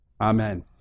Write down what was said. Amen